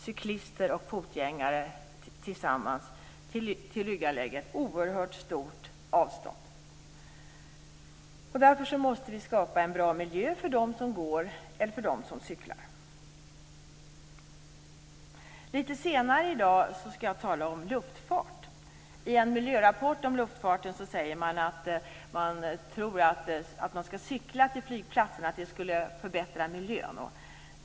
Cyklister och fotgängare tillryggalägger faktiskt tillsammans oerhört långa sträckor. Därför måste vi skapa en bra miljö för dem som går eller cyklar. Litet senare i dag skall jag tala om luftfarten. I en miljörapport om luftfarten sägs det att man tror att cykling till flygplatserna skulle förbättra miljön.